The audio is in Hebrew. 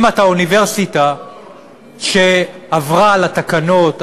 אם אתה אוניברסיטה שעברה על התקנות,